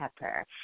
pepper